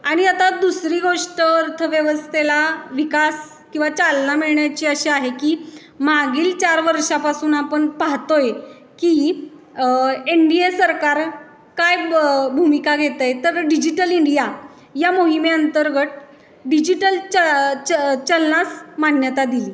आणि आता दुसरी गोष्ट अर्थव्यवस्थेला विकास किंवा चालना मिळण्याची अशी आहे की मागील चार वर्षापासून आपण पाहतो आहे की एन डी ए सरकार काय ब भूमिका घेत आहे तर डिजिटल इंडिया या मोहिमेअंतर्गत डिजिटल च च चलनास मान्यता दिली